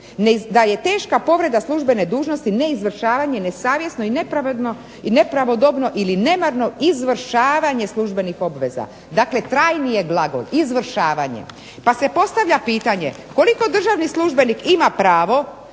da je teška povreda službene dužnosti neizvršavanje, nesavjesno i nepravedno ili nepravodobno ili nemarno izvršavanje službenih obveza, dakle trajnije …/Ne razumije se./… izvršavanje. Pa se postavlja pitanje koliko državni službenik ima pravo